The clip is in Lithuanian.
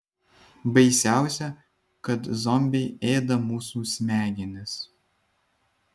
baisiausia kad zombiai ėda mūsų smegenis